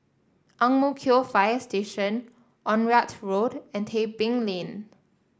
Ang Mo Kio Fire Station Onraet Road and Tebing Lane